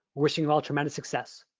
wishing you all tremendous success.